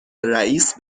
رئیس